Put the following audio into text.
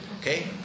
Okay